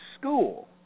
school